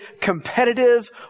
competitive